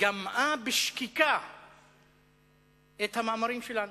גמעה בשקיקה את המאמרים שלנו,